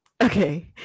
Okay